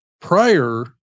prior